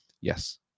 Yes